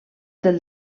del